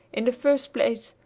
in the first place,